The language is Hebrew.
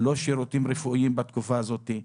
לא שירותים רפואיים בתקופה הזאת,